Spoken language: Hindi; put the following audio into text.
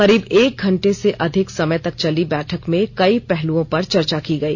करीब एक घंटे से अधिक समय तक चली बैठक में कई पहलूओं पर चर्चा की गई